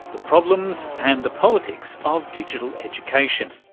the problems and the politics of digital education.